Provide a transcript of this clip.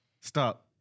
Stop